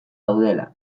daudela